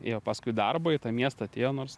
ėjo paskui darbą į tą miestą atėjo nors